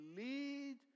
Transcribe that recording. lead